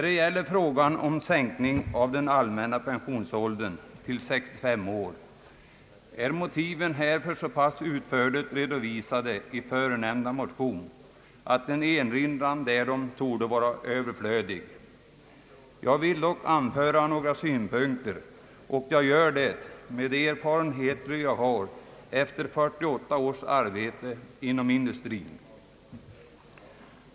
Motiven för en sänkning av den allmänna pensionsåldern till 65 år är så utförligt redovisade i nämnda motion att en erinran därom torde vara överflödig. Jag vill dock anföra några synpunkter, och jag gör det med de erfarenheter jag har efter 48 års arbete inom industrin.